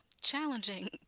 challenging